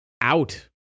out